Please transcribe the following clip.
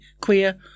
queer